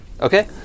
Okay